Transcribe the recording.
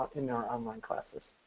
in our online classes.